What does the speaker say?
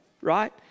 right